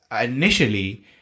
Initially